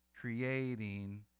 creating